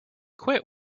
quit